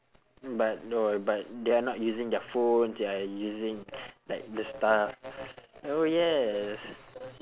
but no eh but they're not using their phones they're using like the stuff you know yes